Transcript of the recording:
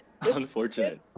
Unfortunate